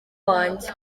wanjye